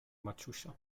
maciusia